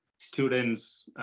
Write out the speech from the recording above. students